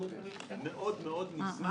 אנחנו מאוד מאוד נשמח